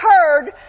heard